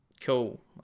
Cool